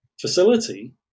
facility